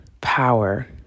power